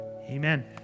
amen